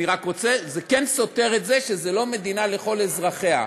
זה כן סותר את זה, זו לא מדינה לכל אזרחיה,